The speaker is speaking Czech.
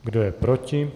Kdo je proti?